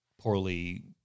poorly